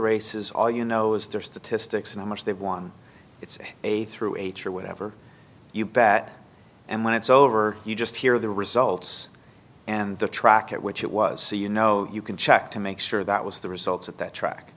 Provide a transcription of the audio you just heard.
race is all you know is their statistics in which they've won it's a through h or whatever you bat and when it's over you just hear the results and the track at which it was so you know you can check to make sure that was the results of that track